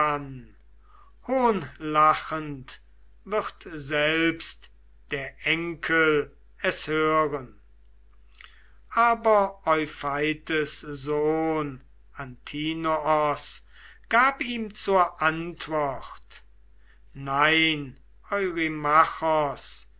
hohnlachend wird selbst der enkel es hören aber eupeithes sohn antinoos gab ihm zur antwort nein